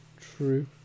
true